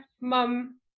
mum